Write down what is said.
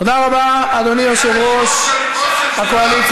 תודה רבה, אדוני יושב-ראש הקואליציה.